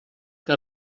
que